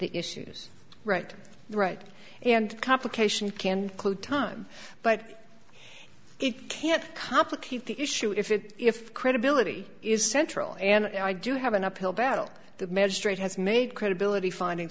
the issues right right and complication time but it can complicate the issue if it if credibility is central and i do have an uphill battle the magistrate has made credibility finding